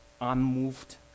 unmoved